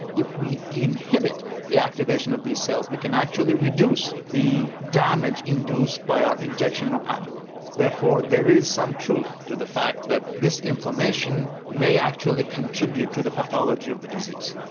if we inhibit the activation of these cells we can actually reduce the damage induced by our injection of amyloid. therefore there is some truth to the fact that this inflammation may actually contribute to the pathology of the disease.